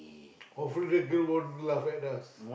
of the girl wouldn't laugh at us